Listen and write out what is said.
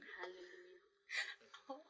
Hallelujah